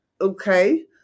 okay